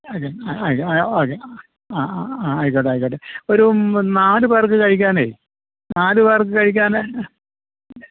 അതെ അതെ ആ ഓക്കെ ആ ആ ആയിക്കോട്ടെ ആയിക്കോട്ടെ ഒരു നാല് പേർക്ക് കഴിക്കാനേ നാല് പേർക്ക് കഴിക്കാൻ